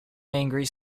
angry